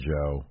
Joe